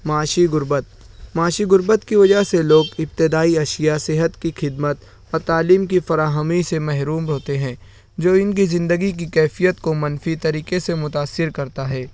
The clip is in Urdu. معاشی غربت معاشی غربت کی وجہ سے لوگ ابتدائی اشیاء صحت کی خدمت اور تعلیم کی فراہمی سے محروم ہوتے ہیں جو ان کی زندگی کی کیفیت کو منفی طریقے سے متأثر کرتا ہے